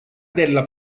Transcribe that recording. della